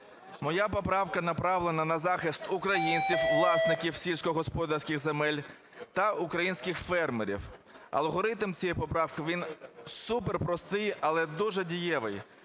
Моя поправка направлена на захист українців – власників сільськогосподарських земель та українських фермерів. Алгоритм цієї поправки, він суперпростий, але дуже дієвий.